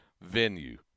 venue